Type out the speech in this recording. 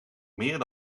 meer